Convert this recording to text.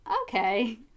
Okay